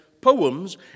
poems